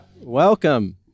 Welcome